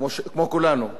כמו כולנו,